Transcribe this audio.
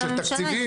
של תקציבים.